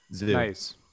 Nice